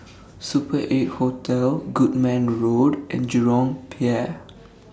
Super eight Hotel Goodman Road and Jurong Pier